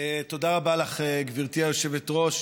תודה רבה לך, גברתי היושבת-ראש.